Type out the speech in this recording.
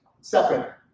separate